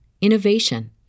innovation